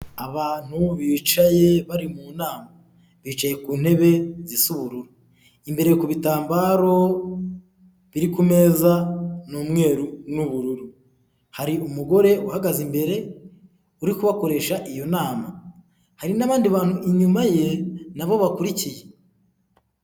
Abantu bicaye bari mu nama bicaye ku ntebe zsa ubururu imbere ku bitambaro biri ku meza n'umweru n'ubururu hari umugore uhagaze imbere uri kubakoresha iyo nama hari n'abandi bantu inyuma ye nabo bakurikiye.